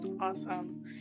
Awesome